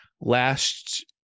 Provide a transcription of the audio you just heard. last